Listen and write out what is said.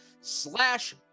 slash